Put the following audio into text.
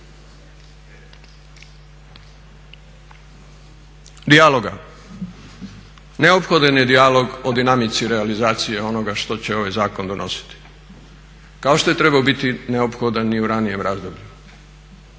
dijaloga, neophodan je dijalog o dinamici realizacije onoga što će ovaj zakon donositi kao što je trebao biti neophodan i u ranijem razdoblju.